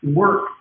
work